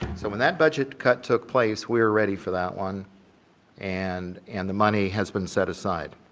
so when that budget cut took place, we were ready for that one and and the money has been set aside.